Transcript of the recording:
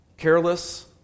Careless